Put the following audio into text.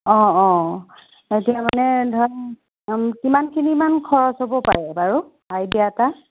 অ' অ' এতিয়া মানে ধৰা কিমানখিনিমান খৰচ হ'ব পাৰে বাৰু আইদিয়া এটা